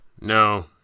No